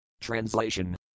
Translation